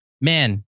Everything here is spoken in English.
Man